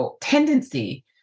tendency